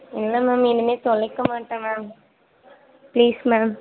இல்லை மேம் இனிமேல் தொலைக்க மாட்டேன் மேம் ப்ளீஸ் மேம்